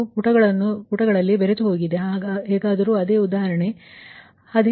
ಅದು ಪುಟಗಳಲ್ಲಿ ಬೆರೆತುಹೋಗಿದೆ ಹೇಗಾದರೂ ಅದೇ ಉದಾಹರಣೆ ಸರಿ